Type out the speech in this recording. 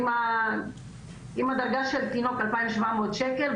אם הדרגה של תינוק 2,700 שקל,